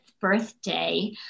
birthday